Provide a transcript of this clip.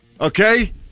Okay